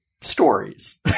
stories